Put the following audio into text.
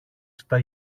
στα